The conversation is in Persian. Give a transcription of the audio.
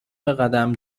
بقدم